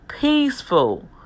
peaceful